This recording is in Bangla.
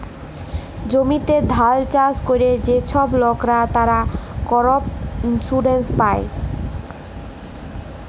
জমিতে ধাল চাষ ক্যরে যে ছব লকরা, তারা করপ ইলসুরেলস পায়